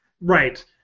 Right